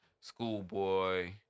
Schoolboy